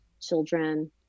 children